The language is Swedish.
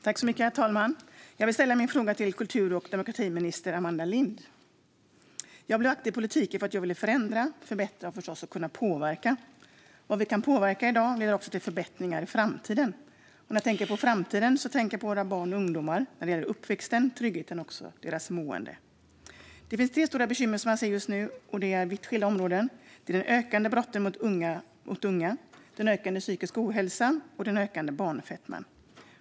Herr talman! Jag vill ställa min fråga till kultur och demokratiminister Amanda Lind. Jag blev aktiv i politiken för att jag ville förändra, förbättra och förstås kunna påverka. Vad vi kan påverka i dag leder till förbättringar också i framtiden. När jag tänker på framtiden tänker jag på våra barn och ungdomar och deras uppväxt, trygghet och mående. Det finns tre stora bekymmer som jag ser just nu, på tre olika områden. Det är det ökande antalet brott mot unga, den ökande psykiska ohälsan och den ökande barnfetman.